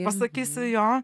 pasakysiu jo